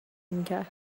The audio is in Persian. میکرد